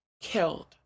killed